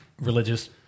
religious